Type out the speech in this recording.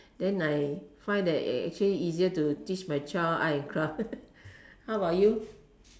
then I find that ac~ actually easier to teach my child art and craft how about you